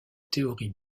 théorie